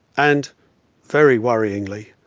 and very worryingly,